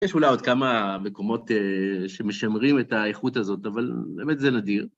יש אולי עוד כמה מקומות שמשמרים את האיכות הזאת, אבל באמת זה נדיר.